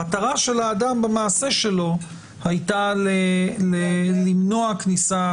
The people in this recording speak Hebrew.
המטרה של האדם במעשה שלו הייתה למנוע כניסה